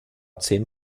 zehn